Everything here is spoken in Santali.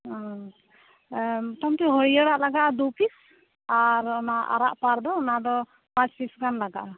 ᱚᱻ ᱢᱳᱴᱟᱢᱩᱴᱤ ᱦᱟᱹᱨᱭᱟᱹᱲᱟᱜ ᱞᱟᱜᱟᱜᱼᱟ ᱫᱩ ᱯᱤᱥ ᱟᱨ ᱚᱱᱟ ᱟᱨᱟᱜ ᱯᱟᱲ ᱫᱚ ᱚᱱᱟ ᱫᱚ ᱯᱟᱸᱪ ᱯᱤᱥ ᱜᱟᱱ ᱞᱟᱜᱟᱜᱼᱟ